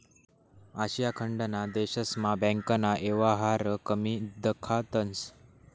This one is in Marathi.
आशिया खंडना देशस्मा बँकना येवहार कमी दखातंस